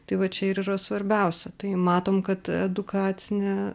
tai va čia ir yra svarbiausia tai matom kad edukacinė